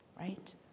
right